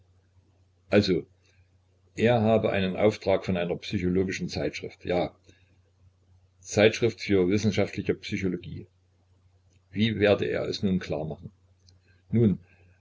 also er habe einen auftrag von einer psychologischen zeitschrift ja zeitschrift für wissenschaftliche psychologie wie werde er es nun klar machen nun